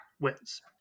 wins